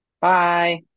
Bye